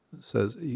says